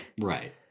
Right